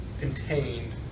contained